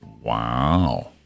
Wow